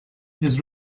his